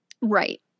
Right